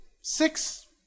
six